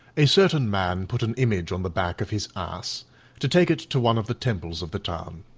a certain man put an image on the back of his ass to take it to one of the temples of the town.